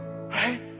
right